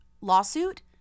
lawsuit